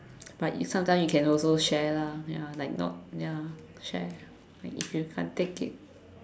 but you sometime you can also share lah ya like not ya share like if you can't take it